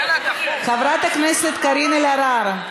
חברת הכנסת קארין אלהרר,